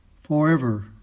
forever